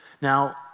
Now